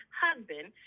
husband